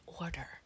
order